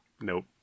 Nope